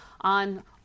on